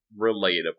relatable